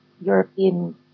European